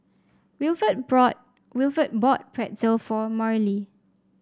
Wilford bought Wilford bought Pretzel for Marlie